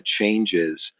changes